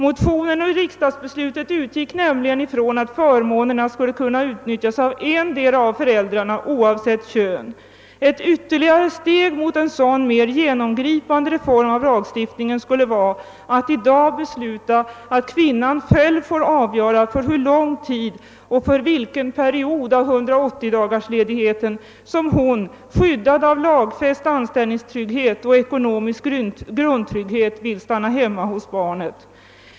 Motionen och riksdagsbeslutet utgick från att förmånerna skulle utnyttjas av endera av föräldrarna, oavsett kön. Ett ytterligare steg mot en sådan mera genomgripande reform av lagstiftningen skulle vara att i dag besluta, att kvinnan själv får avgöra hur lång tid och under vilken period av 180-dagarsledigheten som hon skyddad av lagfäst anställningstrygghet och ekonomisk grundtrygghet bör stanna hemma hos barnet.